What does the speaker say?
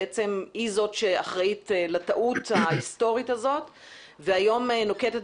בעצם היא זאת שאחראית לטעות ההיסטורית הזאת והיום נוקטת